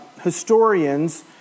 historians